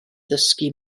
ddysgu